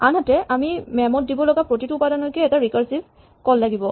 আনহাতে আমি মেম' ত দিব লগা প্ৰতিটো উপাদানকেই এটা ৰিকাৰছিভ কল লাগিব